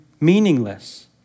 meaningless